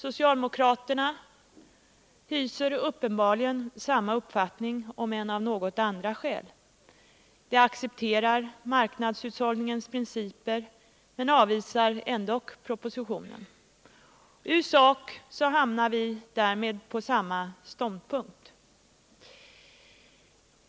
Socialdemokraterna hyser uppenbarligen samma uppfattning, om än av något andra skäl. De accepterar marknadshushållningens principer men avvisar ändock propositionen. I sak hamnar vi därmed på samma ståndpunkt.